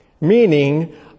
meaning